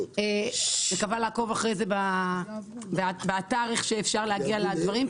אז אני מקווה לעקוב אחרי זה באתר איך שאפשר להגיע לדברים,